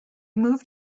moved